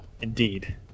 Indeed